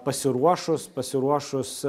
pasiruošus pasiruošus